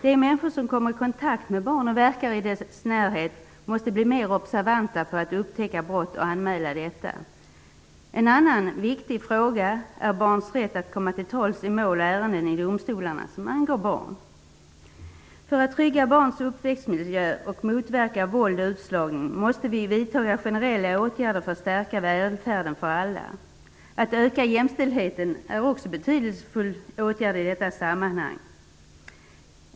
De människor som kommer i kontakt med barn och verkar i deras närhet måste bli mer observanta på att upptäcka brott och anmäla dessa. En annan viktig fråga är barns rätt att komma till tals i domstolarna när det gäller mål och ärenden som angår dem. För att trygga barns uppväxtmiljö och motverka våld och utslagning måste vi vidta generella åtgärder för att stärka välfärden för alla. Att öka jämställdheten är också en betydelsefull åtgärd i detta sammanhang.